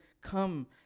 come